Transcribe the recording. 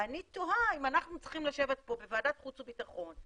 ואני תוהה אם אנחנו צריכים לשבת פה בוועדת החוץ והביטחון,